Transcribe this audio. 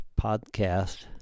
podcast